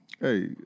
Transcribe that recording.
Hey